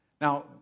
Now